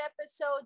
episode